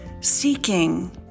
seeking